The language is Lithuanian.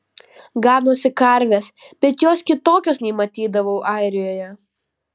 ganosi karvės bet jos kitokios nei matydavau airijoje